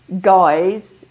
guys